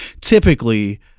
typically